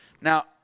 Now